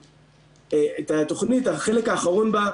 את התוכנית על החלק האחרון בה.